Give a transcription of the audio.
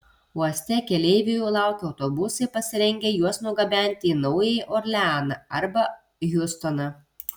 uoste keleivių jau laukia autobusai pasirengę juos nugabenti į naująjį orleaną arba hjustoną